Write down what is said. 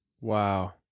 Wow